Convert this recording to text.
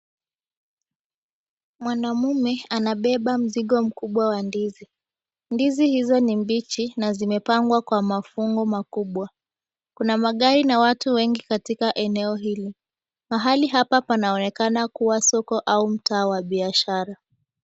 Mwanamume anabeba mzigo mkubwa wa ndizi. Ndizi hizo ni mbichi na zimepangwa kwa mafungu makubwa. Kuna magari na watu wengi katika eneo hili. Pahali hapa panaonekana kuwa soko au mtaa wa biashara.